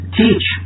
teach